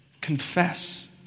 Confess